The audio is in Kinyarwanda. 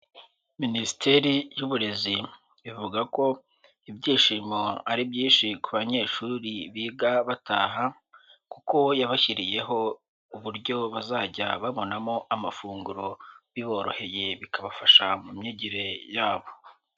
Minisiteri y'Uburezi ivuga ko ibyishimo ari byinshi ku banyeshuri biga bataha kuko yabashyiriyeho uburyo bazajya babonamo amafunguro biboroheye bikabafasha mu myigire yabo.